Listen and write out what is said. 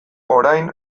orain